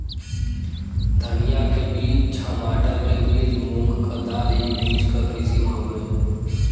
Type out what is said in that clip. धनिया के बीज, छमाटर के बीज, मूंग क दाल ई बीज क किसिम हउवे